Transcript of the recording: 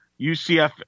UCF